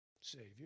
Savior